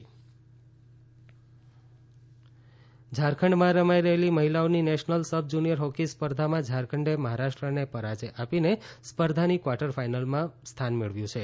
junior hockey ઝારખંડમાં રમાઇ રહેલી મહિલાઓની નેશનલ સબ જુનીયર હોકી સ્પર્ધામાં ઝારખંડે મહારાષ્ટ્રને પરાજય આપીને સ્પર્ધાની કવાર્ટર ફાઇનલમાં સ્થાન મેળવ્યું છે